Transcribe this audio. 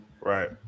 Right